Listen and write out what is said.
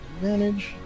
Manage